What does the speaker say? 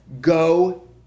go